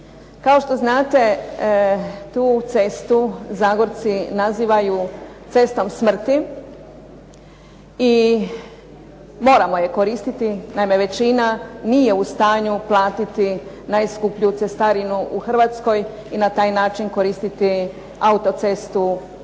Kao što znate tu cestu Zagorci nazivaju cestom smrti, i moramo je koristiti, naime većina nije u stanju platiti najskuplju cestarinu u Hrvatskoj i na taj način koristiti autocestu